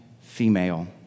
female